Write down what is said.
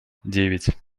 девять